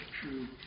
true